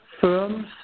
firms